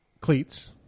Cleats